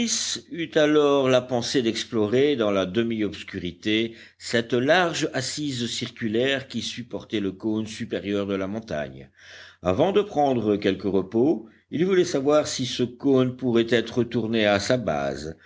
alors la pensée d'explorer dans la demiobscurité cette large assise circulaire qui supportait le cône supérieur de la montagne avant de prendre quelque repos il voulait savoir si ce cône pourrait être tourné à sa base